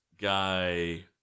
guy